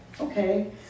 Okay